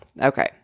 Okay